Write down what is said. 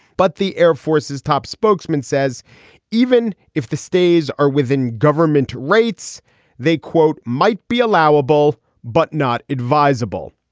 but the air force's top spokesman says even if the stays are within government rates they quote might be allowable but not advisable.